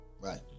Right